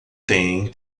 têm